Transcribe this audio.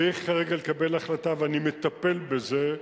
צריך כרגע לקבל החלטה, ואני מטפל בזה,